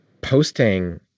posting